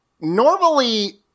normally